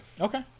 Okay